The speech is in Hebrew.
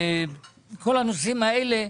כל הנושאים האלה.